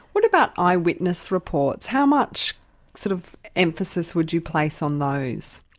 what about eyewitness reports? how much sort of emphasis would you place on those?